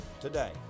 today